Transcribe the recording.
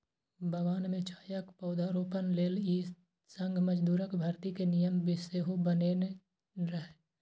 बगान मे चायक पौधारोपण लेल ई संघ मजदूरक भर्ती के नियम सेहो बनेने रहै